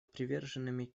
приверженными